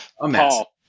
Paul